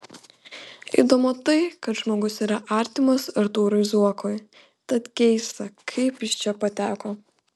įdomu tai kad žmogus yra artimas artūrui zuokui tad keista kaip jis čia pateko